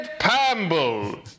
Pamble